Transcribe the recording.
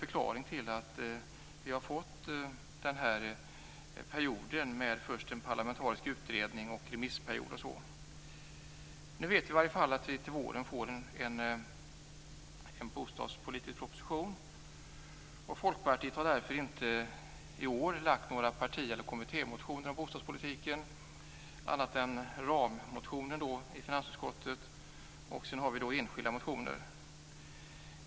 Förklaringen till detta är att vi först haft en utredningsperiod, sedan en remisstid osv. Vi vet nu att vi till våren får en bostadspolitisk proposition, och Folkpartiet har därför i år inte väckt några parti eller kommittémotioner om bostadspolitiken utan bara rammotioner i finansutskottet. Därtill kommer enskilda motioner.